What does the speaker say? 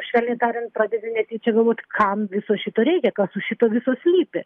švelniai tariant pradedi netyčia galvot kam viso šito reikia kas už šito viso slypi